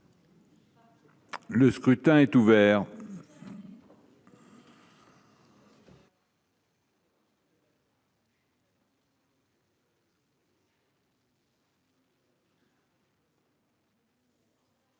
Le scrutin est ouvert.